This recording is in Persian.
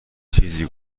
چیزی